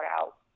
out